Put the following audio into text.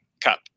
Cup